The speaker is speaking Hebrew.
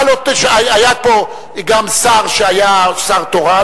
היה פה גם שר שהיה שר תורן.